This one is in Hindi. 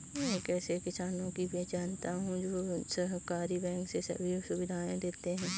मैं ऐसे किसानो को भी जानता हूँ जो सहकारी बैंक से सभी सुविधाएं लेते है